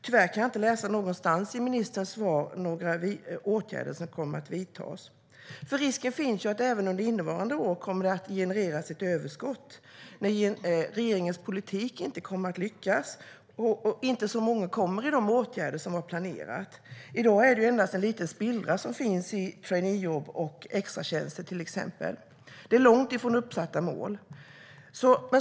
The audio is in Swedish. Tyvärr kan jag inte läsa någonstans i ministerns svar att några åtgärder kommer att vidtas. Risken finns att det även innevarande år kommer att genereras ett överskott när regeringens politik inte kommer att lyckas och inte så många kommer i de åtgärder som var planerat. I dag är det endast en liten spillra som finns i till exempel traineejobb och extratjänster. Det är långt ifrån uppsatta mål.